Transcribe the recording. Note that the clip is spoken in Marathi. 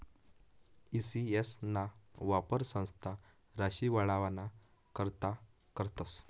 ई सी.एस ना वापर संस्था राशी वाढावाना करता करतस